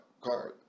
card